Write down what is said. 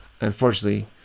Unfortunately